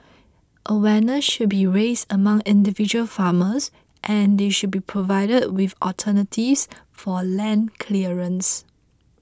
awareness should be raised among individual farmers and they should be provided with alternatives for land clearance